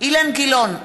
אילן גילאון,